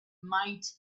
might